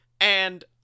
and-